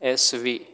S V